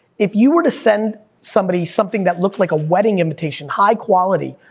if you were to send somebody something that looked like a wedding invitation, high-quality,